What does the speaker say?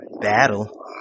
battle